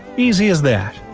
easy as that.